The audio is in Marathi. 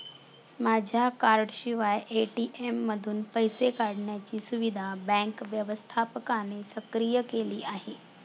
माझ्या कार्डाशिवाय ए.टी.एम मधून पैसे काढण्याची सुविधा बँक व्यवस्थापकाने सक्रिय केली आहे